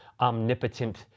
omnipotent